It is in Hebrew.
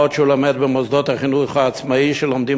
מה עוד שהוא לומד במוסדות החינוך העצמאי שלומדים